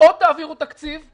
או שתעבירו תקציב,